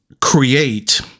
create